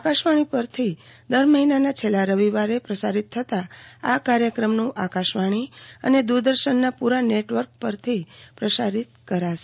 આકાશવાણી પરથી દર મહિનાના છેલ્લા રવિવારે પ્રસારીત થતાં આ કાર્યક્રમનું આકાશવાણી અને દુરદર્શનના પુરા નેટવર્ક પરથી સહ પ્રસારિત કરાશે